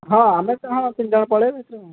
ହଁ ଆମେ ତ ହଁ ତିନି ଜଣ ପଳେଇବୁ ସେଥିରେ କ'ଣ ଅଛି